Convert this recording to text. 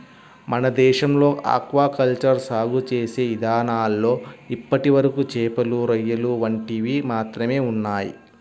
మన దేశంలో aquaculture సాగు చేసే ఇదానాల్లో ఇప్పటివరకు చేపలు, రొయ్యలు వంటివి మాత్రమే ఉన్నయ్